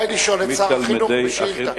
כדאי לשאול את שר החינוך בשאילתא.